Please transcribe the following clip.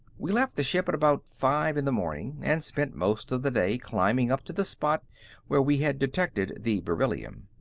we left the ship at about five in the morning, and spent most of the day climbing up to the spot where we had detected the beryllium.